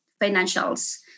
financials